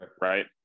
right